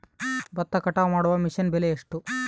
ಭತ್ತ ಕಟಾವು ಮಾಡುವ ಮಿಷನ್ ಬೆಲೆ ಎಷ್ಟು?